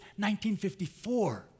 1954